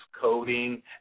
coding